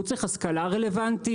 הוא צריך השכלה רלוונטית,